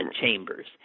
chambers